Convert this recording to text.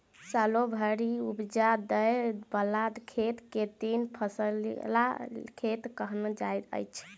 सालो भरि उपजा दय बला खेत के तीन फसिला खेत कहल जाइत अछि